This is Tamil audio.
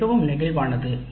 இது மிகவும் நெகிழ்வானது